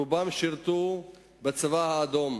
רובם שירתו בצבא האדום,